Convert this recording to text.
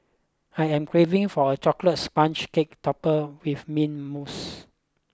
I am craving for a chocolate sponge cake topper with mint mousse